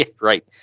Right